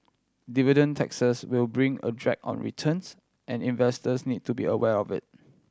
dividend taxes will bring a drag on returns and investors need to be aware of it